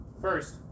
First